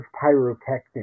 pyrotechnics